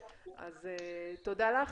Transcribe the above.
אז תודה לך.